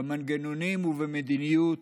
במנגנונים ובמדיניות,